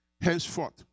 Henceforth